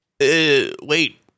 Wait